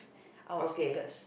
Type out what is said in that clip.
our stickers